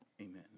Amen